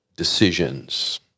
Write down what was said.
decisions